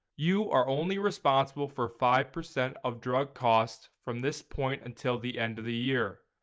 you are only responsible for five percent of drug costs from this point until the end of the year.